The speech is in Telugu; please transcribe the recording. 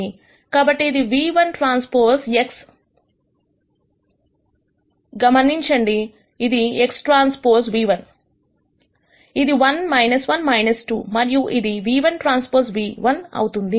కాబట్టి ఇది ν1TX ట్రాన్స్పోస్మన్నించండి ఇది XTν₁ఇది 1 1 2 మరియు ఇది ν₁Tν₁ అవుతుంది